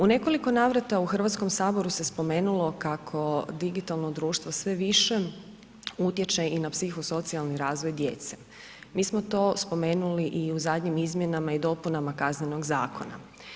U nekoliko navrata u Hrvatskom saboru se spomenulo kako digitalno društvo sve više utječe i na psiho-socijalni razvoj djece, mi smo to spomenuli i u zadnjim izmjenama i dopunama KZ-a.